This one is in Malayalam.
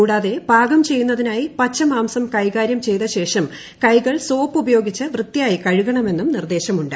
കൂടാതെ പാകം ചെയ്യുന്നതിനായി പച്ച മാംസം കൈകാരൃം ചെയ്ത ശേഷം കൈകൾ സോപ്പുപയോഗിച്ച് വൃത്തിയായി കഴുകണമെന്നും നിർദ്ദേശമുണ്ട്